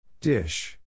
Dish